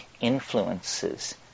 influences